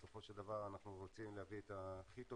בסופו של דבר אנחנו רוצים להביא את הכי טוב